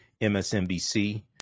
msnbc